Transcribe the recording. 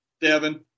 Devin